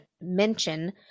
mention